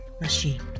machine